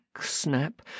snap